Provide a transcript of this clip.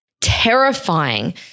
terrifying